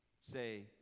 say